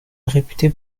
réputé